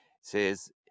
says